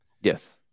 Yes